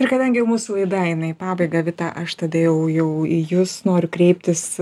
ir kadangi jau mūsų laida eina į pabaigą vita aš tada jau jau į jus noriu kreiptis